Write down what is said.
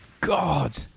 God